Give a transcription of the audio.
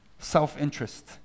Self-interest